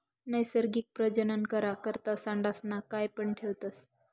नैसर्गिक प्रजनन करा करता सांडसना कयप ठेवतस